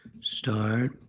Start